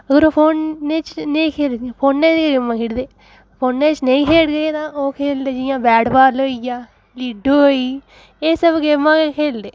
होर ओह् फ़ोन नी चलान फ़ोन च गै गेमां खेढदे फ़ोन च नेईं खेढदे तां ओह् खेलदे जियां बैट बाल होई गेआ लिडो होई एह् सब गेमां गै खेलदे